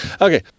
Okay